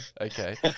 okay